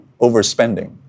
overspending